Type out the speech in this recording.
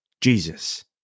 Jesus